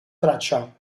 traccia